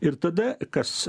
ir tada kas